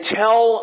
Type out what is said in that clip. tell